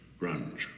Grunge